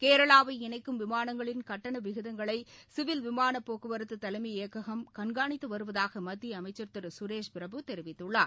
கேரளாவை இணைக்கும் விமானங்களின் கட்டண விகிதங்களை சிவில் விமான போக்குவரத்து தலைமை இயக்ககம் கண்காணித்து வருவதாக மத்திய அமைச்சர் திரு சுரேஷ் பிரபு தெரிவித்துள்ளார்